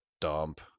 dump